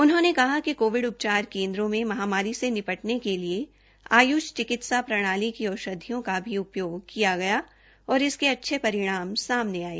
उन्होंने कहा कि कोविड उपचार केन्द्रों में महामारी से निपटने के लिए आयुष चिकित्सा प्रणाली की औषधियों का भी उपयोग किया गया और इसके अच्छे परिणाम सामने आये